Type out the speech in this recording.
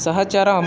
सहचरान्